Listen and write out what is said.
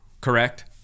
Correct